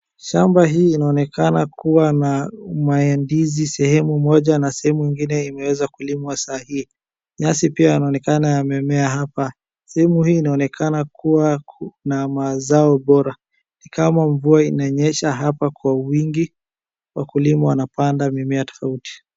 Shamba hii inaonekana kuwa na mandizi sehemu moja na sehemu mwingine imeweza kulimwa saa hii. Nyasi pia yanaonekana yameemea hapa. Sehemu hii inaonekana kuwa na mazao bora. Ni kama mvua inanyesha hapa kwa uwingi, wakulima wanapanda mimea tofauti.